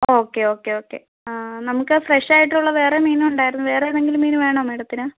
okay okay okay ആ നമുക്ക് fresh ആയിട്ടുള്ള വേറെ മീനും ഉണ്ടായിരുന്നു വേറേ ഏതെങ്കിലും മീൻ വേണോ മേഡത്തിന്